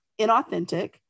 inauthentic